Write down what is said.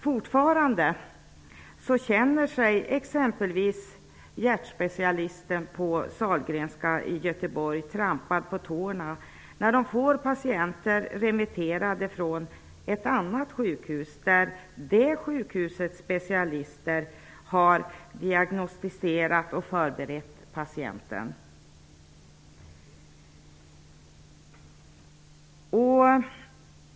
Fortfarande känner sig exempelvis hjärtspecialisterna på Sahlgrenska i Göteborg trampade på tårna när patienter som remitterats från ett annat sjukhus har diagnostiserats och förberetts av det sjukhusets specialister.